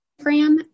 Instagram